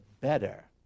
better